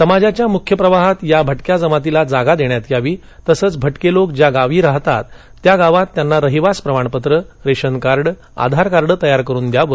समाजाच्या मुख्य प्रवाहात या भटक्या जमातीला जागा देण्यात यावी तसंच भटके लोक ज्या गावच्या ठिकाणी राहतात त्या गावात त्यांना रहिवासी प्रमाण पत्र रेशन कार्ड आधार कार्ड तयार करून द्यावं